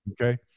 Okay